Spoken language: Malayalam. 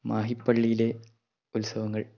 മാഹിപ്പളിയിലെ ഉത്സവങ്ങൾ